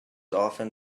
often